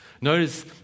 Notice